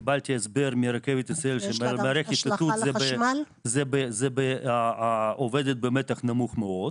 קיבלתי הסבר מרכבת ישראל שמערכת האיתות עובדת במתח נמוך מאוד.